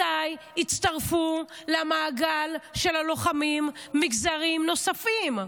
מתי יצטרפו למעגל של הלוחמים מגזרים נוספים?